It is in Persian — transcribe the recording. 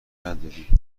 نداری